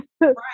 Right